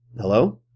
Hello